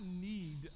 need